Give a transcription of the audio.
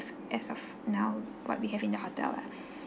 as of now what we have in the hotel lah